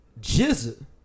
Jizz